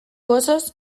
osoz